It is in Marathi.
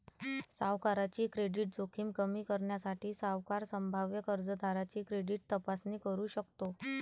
सावकाराची क्रेडिट जोखीम कमी करण्यासाठी, सावकार संभाव्य कर्जदाराची क्रेडिट तपासणी करू शकतो